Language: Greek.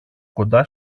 κοντά